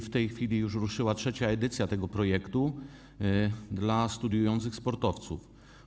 W tej chwili już ruszyła trzecia edycja tego projektu dla studiujących sportowców.